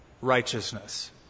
righteousness